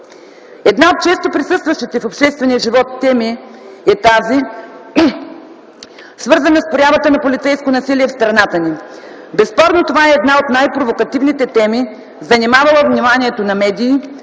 Една от често присъстващите в обществения живот теми е тази, свързана с проявата на полицейско насилие в страната ни. Безспорно това е една от най-провокативните теми, занимавала вниманието на медии,